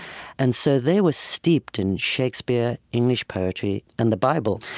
and so they were steeped in shakespeare, english poetry, and the bible.